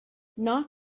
not